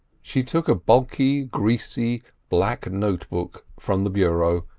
she took a bulky, greasy, black note-book from the bureau,